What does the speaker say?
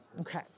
Okay